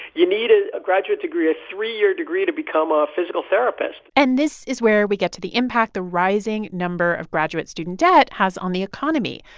you need ah a graduate degree, a three-year degree, to become a physical therapist and this is where we get to the impact the rising number of graduate student debt has on the economy.